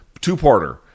two-parter